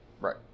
Right